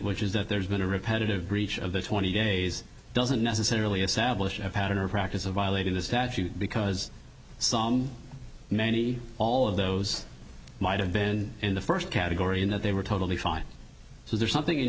which is that there's been a repetitive breach of the twenty days doesn't necessarily a sabbath pattern or practice of violating the statute because some many all of those might have been in the first category in that they were totally fine so there's something in